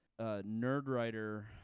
Nerdwriter